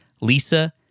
Lisa